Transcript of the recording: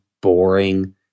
boring